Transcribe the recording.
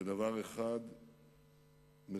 בדבר אחד מרכזי: